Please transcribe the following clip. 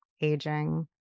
aging